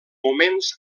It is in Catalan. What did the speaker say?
moments